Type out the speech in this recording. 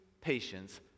patience